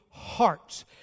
Hearts